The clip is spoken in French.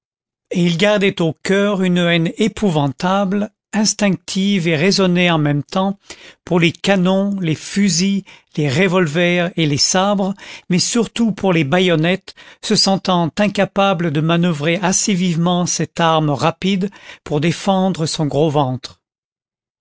il gardait au coeur une haine épouvantable instinctive et raisonnée en même temps pour les canons les fusils les revolvers et les sabres mais surtout pour les baïonnettes se sentant incapable de manoeuvrer assez vivement cette arme rapide pour défendre son gros ventre